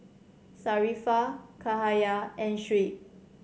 Sharifah Cahaya and Shuib